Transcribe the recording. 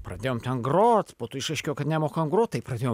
pradėjom grot po to išaiškėjo kad nemokam grot tai pradėjom